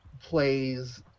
plays